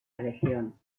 región